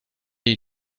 you